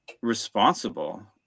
responsible